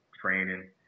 training